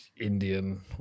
indian